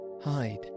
Hide